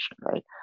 right